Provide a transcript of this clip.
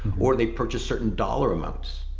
or they purchase certain dollar amounts?